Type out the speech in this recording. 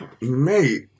Mate